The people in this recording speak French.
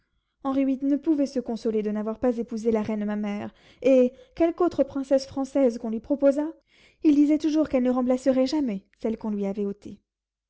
ne pouvait se consoler de n'avoir pas épousé la reine ma mère et quelque autre princesse française qu'on lui proposât il disait toujours qu'elle ne remplacerait jamais celle qu'on lui avait ôtée